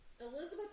elizabeth